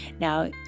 Now